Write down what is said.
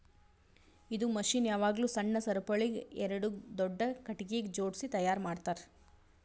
ಇದು ಮಷೀನ್ ಯಾವಾಗ್ಲೂ ಸಣ್ಣ ಸರಪುಳಿಗ್ ಎರಡು ದೊಡ್ಡ ಖಟಗಿಗ್ ಜೋಡ್ಸಿ ತೈಯಾರ್ ಮಾಡ್ತರ್